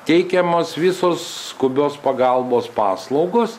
teikiamos visos skubios pagalbos paslaugos